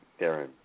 Darren